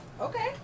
Okay